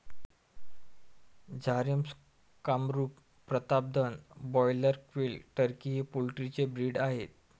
Jharsim, Kamrup, Pratapdhan, broiler, quail, turkey हे poultry चे breed आहेत